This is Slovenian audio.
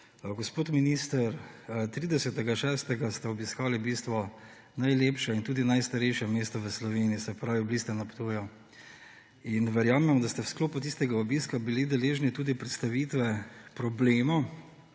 Gospod minister, 30. 6. ste obiskali v bistvu najlepše in tudi najstarejše mesto v Sloveniji; se pravi, bili ste na Ptuju. Verjamem, da ste v sklopu tistega obiska bili deležni tudi predstavitve problemov